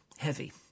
heavy